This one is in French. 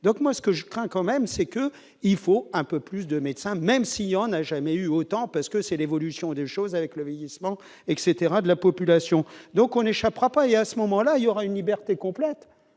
donc moi ce que je crains quand même c'est que il faut un peu plus de médecins, même s'il y en a jamais eu autant parce que c'est l'évolution des choses avec le vieillissement etc de la population, donc on n'échappera pas, il y a, à ce moment-là il y aura une liberté complète,